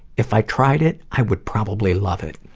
if i tried it, i would probably love it.